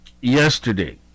yesterday